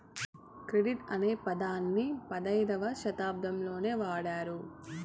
credit అనే పదాన్ని పదైధవ శతాబ్దంలోనే వాడారు